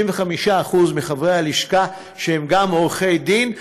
35% מחברי הלשכה שהם גם עורכי-דין.